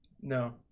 No